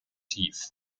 tief